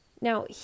Now